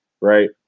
right